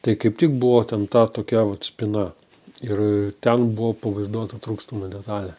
tai kaip tik buvo ten ta tokia vat spyna ir ten buvo pavaizduota trūkstama detalė